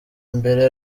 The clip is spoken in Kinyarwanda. mbere